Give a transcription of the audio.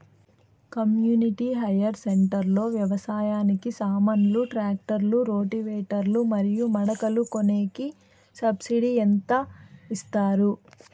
community hire centre లో వ్యవసాయానికి సామాన్లు ట్రాక్టర్లు రోటివేటర్ లు మరియు మడకలు కొనేకి సబ్సిడి ఎంత ఇస్తారు